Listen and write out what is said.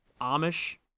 Amish